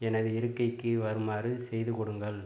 எனது இருக்கைக்கு வருமாறு செய்து கொடுங்கள்